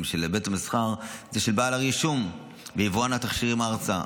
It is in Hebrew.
של בית המסחר היא של בעל הרישום ויבואן התכשירים ארצה.